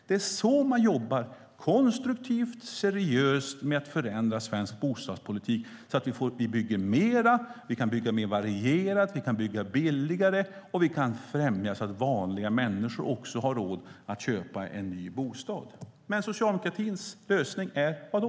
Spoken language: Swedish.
Det är så man jobbar konstruktivt och seriöst med att förändra svensk bostadspolitik så att vi bygger mer, så att vi kan bygga mer varierat, så att vi kan bygga billigare och så att vi kan främja att vanliga människor också har råd att köpa en ny bostad. Men socialdemokratins lösning är, vadå?